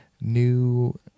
new